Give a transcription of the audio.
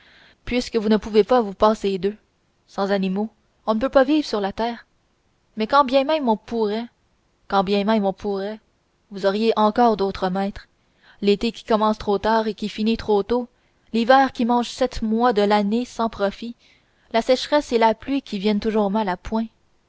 puisque vous ne pouvez pas vous passer d'eux sans animaux on ne peut pas vivre sur la terre mais quand bien même on pourrait quand bien même on pourrait vous auriez d'autres maîtres l'été qui commence trop tard et qui finit trop tôt l'hiver qui mange sept mois de l'année sans profit la sécheresse et la pluie qui viennent toujours mal à point